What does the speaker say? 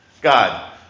God